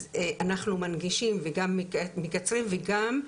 אז אנחנו מנגישים וגם מקצרים וגם,